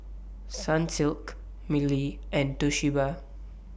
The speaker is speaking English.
Sunsilk Mili and Toshiba